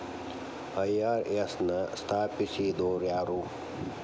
IRS ನ ಸ್ಥಾಪಿಸಿದೊರ್ಯಾರು?